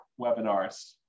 webinars